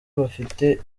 bafite